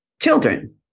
children